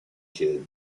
kidd